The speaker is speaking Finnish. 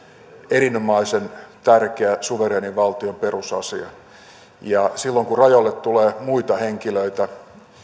erinomaisen tärkeä suvereenin valtion perusasia ja silloin kun rajoille tulee muita henkilöitä